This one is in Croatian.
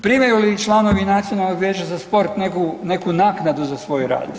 Primaju li članovi Nacionalnog vijeća za sport neku naknadu za svoj rad?